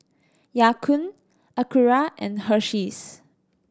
Ya Kun Acura and Hersheys